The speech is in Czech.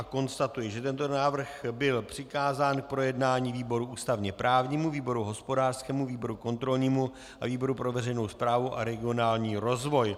Konstatuji, že tento návrh byl přikázán k projednání výboru ústavněprávnímu, výboru hospodářskému, výboru kontrolnímu a výboru pro veřejnou správu a regionální rozvoj.